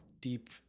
deep